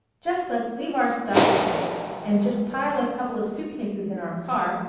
just let's leave our stuff with dick and just pile a couple of suitcases in our car,